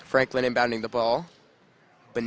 franklin and bounding the ball but